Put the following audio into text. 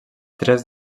tres